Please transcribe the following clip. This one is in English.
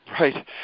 Right